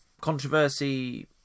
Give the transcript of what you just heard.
controversy